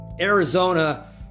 Arizona